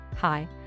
Hi